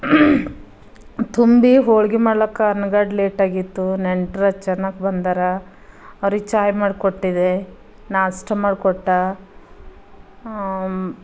ತುಂಬಿ ಹೊಳ್ಗೆ ಮಾಡ್ಲಿಕ್ಕೆ ಅನ್ಗಡ್ ಲೇಟಾಗಿತ್ತು ನೆಂಟ್ರು ಹತ್ತು ಜನಕ್ಕೆ ಬಂದರಾ ಅವ್ರಿಗೆ ಚಾಯ್ ಮಾಡ್ಕೊಟ್ಟಿದೆ ನಾಷ್ಟ ಮಾಡಿಕೊಟ್ಟ